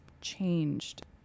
changed